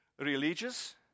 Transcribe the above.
Religious